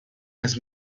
has